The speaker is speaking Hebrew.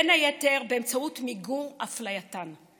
בין היתר, באמצעות מיגור אפלייתן.